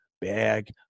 bag